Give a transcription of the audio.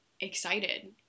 excited